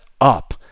up